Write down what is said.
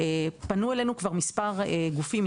פנו אלינו כבר מספר גופים,